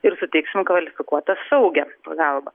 ir suteiksim kvalifikuotą saugią pagalbą